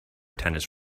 tennis